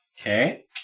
Okay